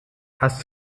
hast